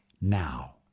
now